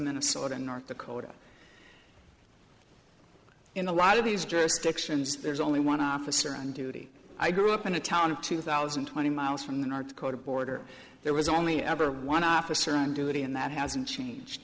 minnesota and north dakota in a lot of these jurisdictions there's only one officer on duty i grew up in a town of two thousand twenty miles from the north dakota border there was only ever one officer on duty and that hasn't changed